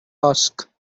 ask